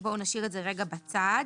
בואו נשאיר את זה רגע בצד